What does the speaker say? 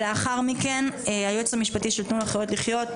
לאחר מכן היועץ המשפטי של תנו לחיות לחיות,